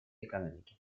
экономики